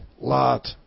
lot